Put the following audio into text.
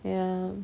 ya